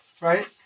right